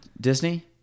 Disney